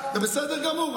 זה בסדר גמור,